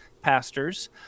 pastors